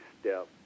step